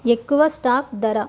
ఎక్కువ స్టాక్ ధర